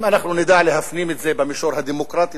אם אנחנו נדע להפנים את זה במישור הדמוקרטי,